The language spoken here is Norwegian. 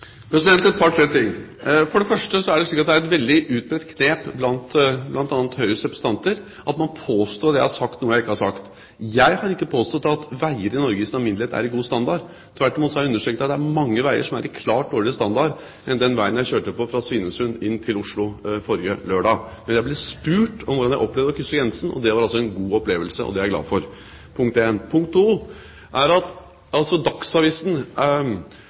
Et par–tre ting: For det første er det slik at det er et utbredt knep blant bl.a. Høyres representanter å påstå at jeg har sagt noe jeg ikke har sagt. Jeg har ikke påstått at veier i Norge i sin alminnelighet er av god standard – tvert imot har jeg understreket at det er mange veier som er av klart dårligere standard enn den veien jeg kjørte på fra Svinesund og inn til Oslo forrige lørdag. Men jeg ble spurt om hvordan jeg opplevde det å krysse grensen, og det var altså en god opplevelse – og det er jeg glad for. Dette var punkt 1. Punkt 2 er at Dagsavisen